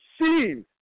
seen